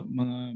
mga